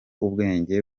ubwenge